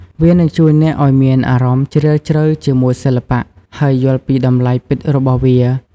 វានឹងជួយឱ្យអ្នកមានអារម្មណ៍ជ្រាលជ្រៅជាមួយសិល្បៈ ហើយយល់ពីតម្លៃពិតរបស់វា។